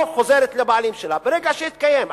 או שחוזרת לבעלים שלה, ברגע שהתקיים?